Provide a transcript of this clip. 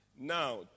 Now